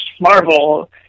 Marvel